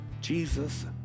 Jesus